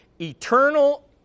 eternal